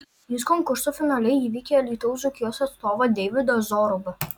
jis konkurso finale įveikė alytaus dzūkijos atstovą deividą zorubą